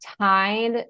tied